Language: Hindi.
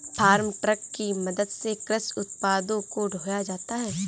फार्म ट्रक की मदद से कृषि उत्पादों को ढोया जाता है